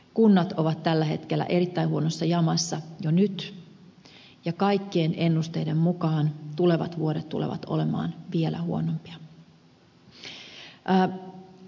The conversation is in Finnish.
kunnat ovat tällä hetkellä erittäin huonossa jamassa jo nyt ja kaikkien ennusteiden mukaan tulevat vuodet tulevat olemaan vielä huonompia